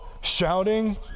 Shouting